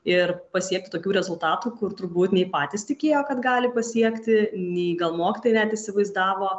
ir pasiekti tokių rezultatų kur turbūt nei patys tikėjo kad gali pasiekti nei gal mokytojai net įsivaizdavo